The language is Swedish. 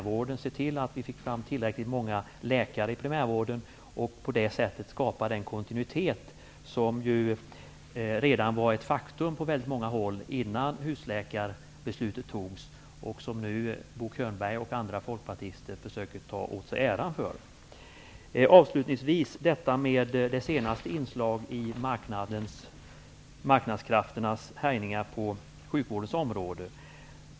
Vi såg till att vi fick fram tillräckligt många läkare för att kunna skapa kontinuitet. Denna kontinuitet var ju ett faktum på många håll redan innan husläkarbeslutet fattades. Det försöker nu Bo Könberg och andra folkpartister ta åt sig äran för. Jag skall avslutningsvis ta upp det senaste inslaget av marknadskrafternas härjningar på sjukvårdens område.